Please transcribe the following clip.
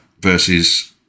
versus